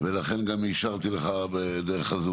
לכן גם אישרתי לך דרך הזום.